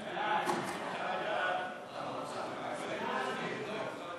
סעיפים 1 6 נתקבלו.